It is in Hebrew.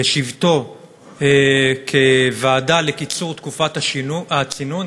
בשבתו כוועדה לקיצור תקופת הצינון,